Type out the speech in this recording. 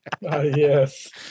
Yes